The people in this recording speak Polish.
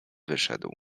wyszedł